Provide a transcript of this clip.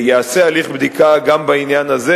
ייעשה הליך בדיקה גם בעניין הזה,